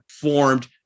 formed